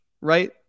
right